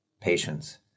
patience